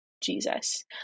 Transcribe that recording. Jesus